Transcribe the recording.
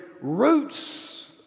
roots